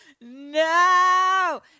No